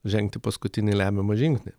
žengti paskutinį lemiamą žingsnį